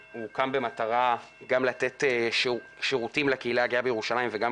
במטרה לתת שירותים לקהילה הגאה בירושלים וגם